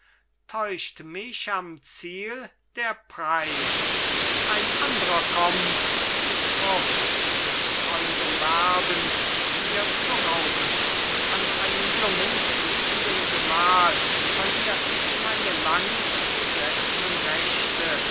täuscht mich am ziel der preis ein andrer kommt die frucht des teuren werbens mir zu rauben an einen jungen blühenden gemahl verlier ich meine lang beseßnen rechte